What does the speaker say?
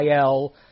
IL